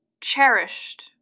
cherished